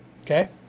okay